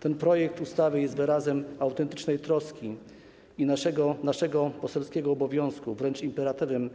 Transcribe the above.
Ten projekt ustawy jest wyrazem autentycznej troski i naszego poselskiego obowiązku, wręcz imperatywem